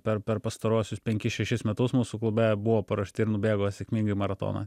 per per pastaruosius penkis šešis metus mūsų klube buvo paruošti ir nubėgo sėkmingai maratoną